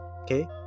okay